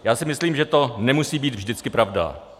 Já si myslím, že to nemusí být vždycky pravda.